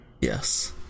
Yes